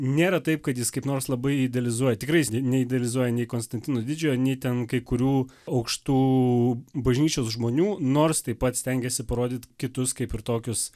nėra taip kad jis kaip nors labai idealizuoja tikrai jis neidealizuoja nei konstantino didžiojo ne ten kai kurių aukštų bažnyčios žmonių nors taip pat stengiasi parodyt kitus kaip ir tokius